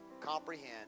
comprehend